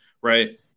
right